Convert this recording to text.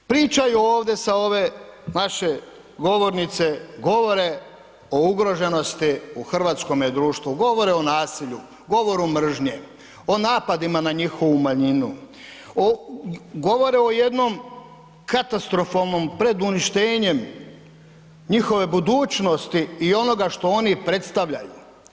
Pričaju ovdje sa ove naše govornice, govore o ugroženosti u hrvatskome društvu, govore o nasilju, govoru mržnju, o napadima na njihovu manjinu, govore o jednom katastrofalno preduništenjem njihove budućnosti i onoga što oni predstavljaju.